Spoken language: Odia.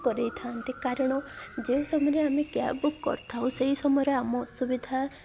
କରେଇଥାନ୍ତି କାରଣ ଯେଉଁ ସମୟରେ ଆମେ କ୍ୟାବ୍ ବୁକ୍ କରିଥାଉ ସେଇ ସମୟରେ ଆମ ଅସୁବିଧା